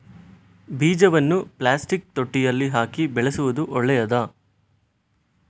ಬೀಜವನ್ನು ಪ್ಲಾಸ್ಟಿಕ್ ತೊಟ್ಟೆಯಲ್ಲಿ ಹಾಕಿ ಬೆಳೆಸುವುದು ಒಳ್ಳೆಯದಾ?